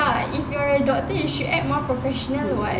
ya if you're a doctor you should act more professional [what]